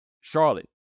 Charlotte